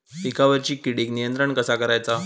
पिकावरची किडीक नियंत्रण कसा करायचा?